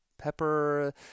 Pepper